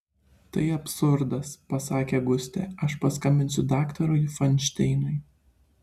tai absurdas pasakė gustė aš paskambinsiu daktarui fainšteinui